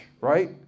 right